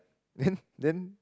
then then